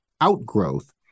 outgrowth